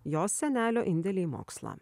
jos senelio indėlį į mokslą